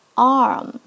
arm